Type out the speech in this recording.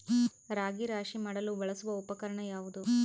ರಾಗಿ ರಾಶಿ ಮಾಡಲು ಬಳಸುವ ಉಪಕರಣ ಯಾವುದು?